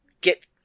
get